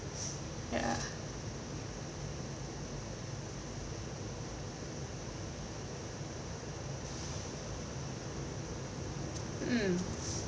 ya mm